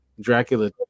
Dracula